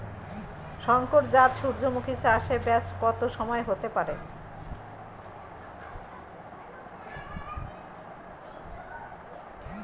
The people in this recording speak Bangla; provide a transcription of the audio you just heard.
শংকর জাত সূর্যমুখী চাসে ব্যাস কত সময় হতে পারে?